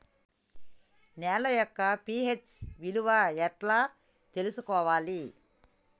నేల యొక్క పి.హెచ్ విలువ ఎట్లా తెలుసుకోవాలి?